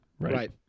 Right